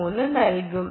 3 നൽകും